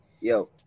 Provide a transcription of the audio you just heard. yo